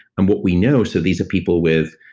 and what we know, so these are people with,